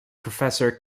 professor